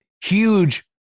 Huge